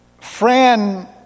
Fran